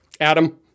Adam